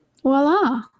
voila